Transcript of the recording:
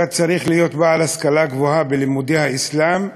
צריך להיות בעל השכלה גבוהה בלימודי האסלאם,